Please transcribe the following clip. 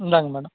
இந்தாங்க மேடம்